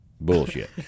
bullshit